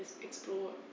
explore